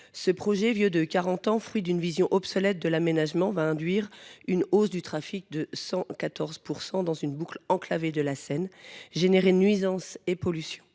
Ce projet vieux de 40 ans, fruit d’une vision obsolète de l’aménagement, induira une hausse du trafic de 114 % dans une boucle enclavée de la Seine, entraînera nuisances et pollutions,